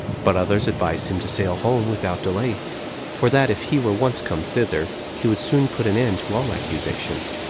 but others advised him to sail home without delay for that if he were once come thither, he would soon put an end to all accusations,